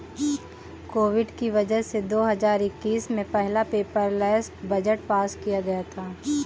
Covid की वजह से दो हजार इक्कीस में पहला पेपरलैस बजट पास किया गया था